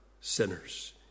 sinners